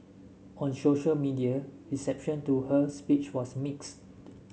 on social media reception to her speech was mixed